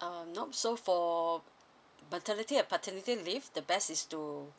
err nope so for maternity and paternity leave the best is to